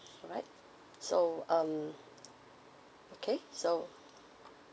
alright so um okay so